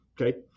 okay